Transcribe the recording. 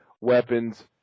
weapons